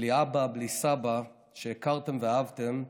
בלי אבא, בלי סבא שהכרתם ואהבתם,